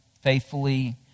faithfully